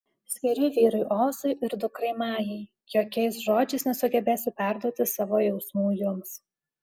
skiriu vyrui ozui ir dukrai majai jokiais žodžiais nesugebėsiu perduoti savo jausmų jums